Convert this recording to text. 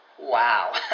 Wow